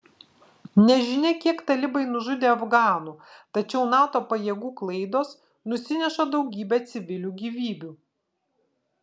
nežinia kiek talibai nužudė afganų tačiau nato pajėgų klaidos nusineša daugybę civilių gyvybių